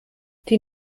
die